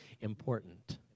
important